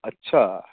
अच्छा